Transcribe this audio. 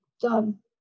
done